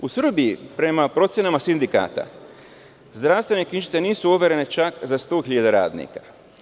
U Srbiji prema procenama sindikata, zdravstvene knjižice nisu overene za 100.000 radnika.